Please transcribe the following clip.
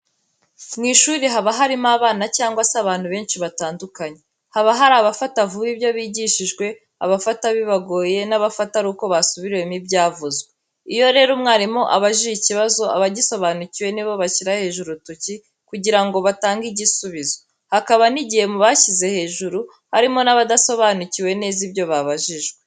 Mu ishuri haba harimo abana cyangwa se abantu benshi batandukanye. Haba hari abafata vuba ibyo bigishijwe, abafata bibagoye n'abafata ari uko basubiriwemo ibyavuzwe. Iyo rero umwarimu abajije ikibazo abagisobanukiwe nibo bashyira hejuru urutoki kugira ngo batange igisubizo, hakaba n'igihe mu bashyize hejuru harimo n'abadasobanukiwe neza ibyo babajijwe.